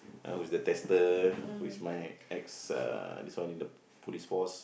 uh with the tester who is my ex uh this one in the Police Force